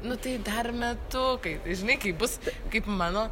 nu tai dar metukai tai žinai kai bus kaip mano